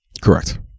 Correct